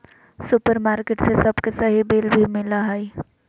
supermarket से सबके सही बिल भी मिला हइ